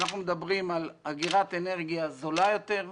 אנחנו מדברים על אגירת אנרגיה זולה יותר,